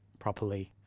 properly